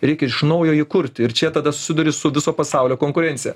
reikia iš naujo jį kurti ir čia tada susiduri su viso pasaulio konkurencija